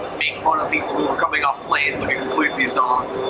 made fun of people who were coming off planes looking completely zonked.